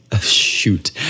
shoot